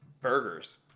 Burgers